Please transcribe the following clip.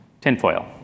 Tinfoil